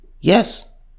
Yes